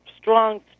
strong